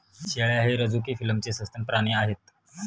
शेळ्या हे रझुकी फिलमचे सस्तन प्राणी आहेत